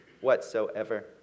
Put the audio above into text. whatsoever